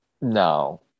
No